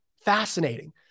Fascinating